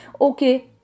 okay